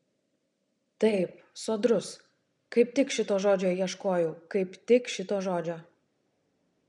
taip sodrus kaip tik šito žodžio ieškojau kaip tik šito žodžio